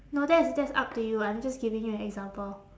no that's that's up to you I'm just giving you an example